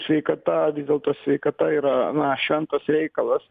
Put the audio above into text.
sveikata vis dėlto sveikata yra šventas reikalas